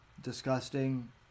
disgusting